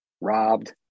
robbed